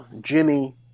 Jimmy